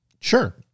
Sure